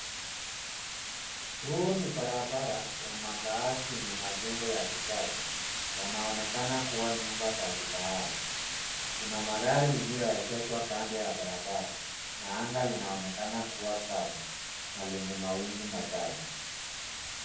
Huu ni barabara ya makaazi yenye majengo ya kisasa. Yanaonekana kuwa nyumba za kifahari. Kuna magari iliyoegeshwa kando ya barabara na anga linaloonekana kuwa safi na lenye mawingu machache.